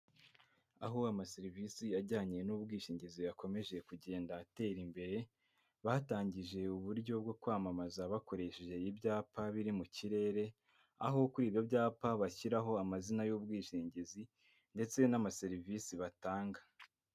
Aho ama serivisi ajyanye n'ubwishingizi yakomeje kugenda atera imbere, batangije uburyo bwo kwamamaza bakoresheje ibyapa biri mu kirere, aho kuri ibyo byapa bashyiraho amazina y'ubwishingizi ndetse n'ama serivisi batanga.